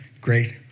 great